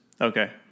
Okay